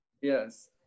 Yes